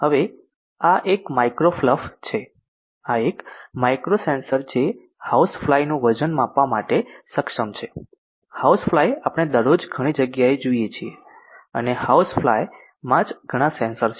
હવે આ એક માઇક્રો ફ્લફ છે આ એક માઇક્રો સેન્સર જે હાઉસફ્લાય નું વજન માપવા માટે સક્ષમ છે હાઉસફ્લાય આપણે દરરોજ ઘણી જગ્યાએ જુએ છે અને હાઉસફ્લાય માં જ ઘણાં સેન્સર છે